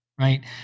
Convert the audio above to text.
right